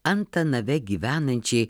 antanave gyvenančiai